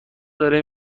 داره